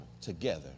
together